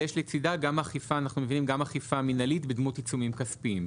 ולצידה אנחנו מביאים גם אכיפה מנהלית בדמות עיצומים כספיים.